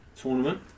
tournament